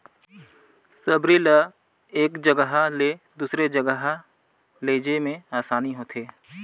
सबरी ल एक जगहा ले दूसर जगहा लेइजे मे असानी होथे